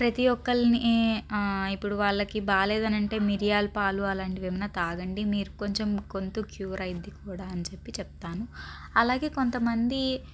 ప్రతి ఒక్కరిని ఇప్పుడు వాళ్ళకి బాగాలేడు అని అంటే మిర్యాల పాలు అలాంటివి ఏమన్నా తాగండి మీరు కొంచం గొంతు క్యూర్ అయ్యిద్ది కూడా అని చెప్పి చెప్తాను అలాగే కొంత మంది